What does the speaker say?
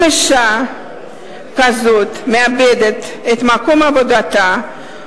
אם אשה כזאת מאבדת את מקום עבודתה,